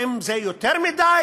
; האם זה יותר מדי?